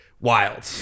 wild